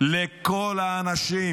לכל האנשים